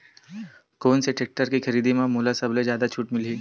कोन से टेक्टर के खरीदी म मोला सबले जादा छुट मिलही?